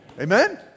Amen